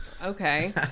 Okay